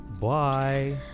Bye